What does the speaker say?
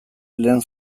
lehen